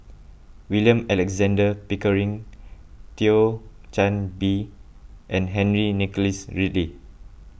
William Alexander Pickering Thio Chan Bee and Henry Nicholas Ridley